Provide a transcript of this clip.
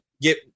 Get